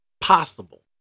possible